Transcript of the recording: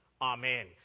amen